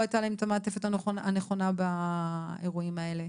הייתה להם המעטפת הנכונה באירועים האלה.